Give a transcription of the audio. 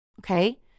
okay